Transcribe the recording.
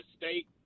State